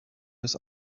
des